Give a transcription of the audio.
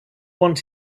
want